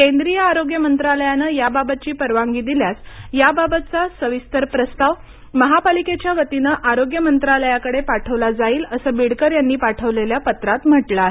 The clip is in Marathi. केंद्रीय आरोग्य मंत्रालयाने याबाबतची परवानगी दिल्यास याबाबतचा सविस्तर प्रस्ताव महापालिकेच्या वतीने आरोग्य मंत्रालयाकडे पाठविला जाईल असे बिडकर यांनी पाठविलेल्या पत्रात म्हटलं आहे